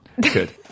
good